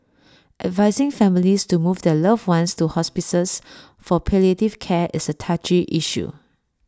advising families to move their loved ones to hospices for palliative care is A touchy issue